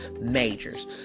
majors